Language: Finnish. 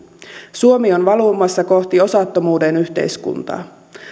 suomi on valumassa kohti osattomuuden yhteiskuntaa